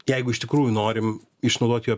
jeigu iš tikrųjų norim išnaudot jo